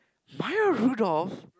Maya-Rudolph